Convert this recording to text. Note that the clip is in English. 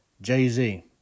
Jay-Z